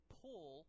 pull